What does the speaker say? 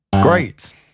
great